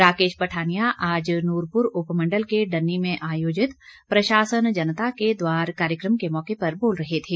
राकेश पठानिया आज नूरपुर उपमण्डल के डन्नी में आयोजित प्रशासन जनता के द्वार कार्यक्रम के मौके पर बोल रहे थे